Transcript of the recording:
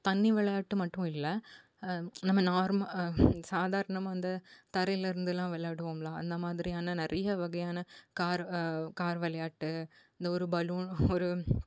தண்ணி விளையாட்டு மட்டும் இல்லை நம்ம நார்ம சாதாரணமாக இந்த தரையில் இருந்துலாம் விளையாடுவோம்ல அந்த மாதிரியான நிறைய வகையான காரு கார் விளையாட்டு இந்த ஒரு பலூன் ஒரு